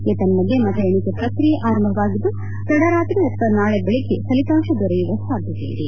ಎತನ್ದದ್ದೆ ಮತ ಎಣಿಕೆ ಪ್ರಕ್ರಿಯೆ ಆರಂಭವಾಗಿದ್ದು ತಡ ರಾತ್ರಿ ಅಥವಾ ನಾಳೆ ಬೆಳಗ್ಗೆ ಫಲಿತಾಂತ ದೊರೆಯುವ ಸಾಧ್ಯತೆ ಇದೆ